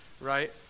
right